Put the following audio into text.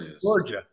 Georgia